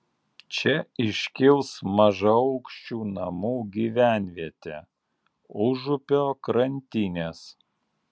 čia iškils mažaaukščių namų gyvenvietė užupio krantinės